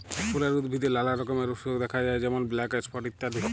ফুলের উদ্ভিদে লালা রকমের অসুখ দ্যাখা যায় যেমল ব্ল্যাক স্পট ইত্যাদি